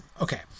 Okay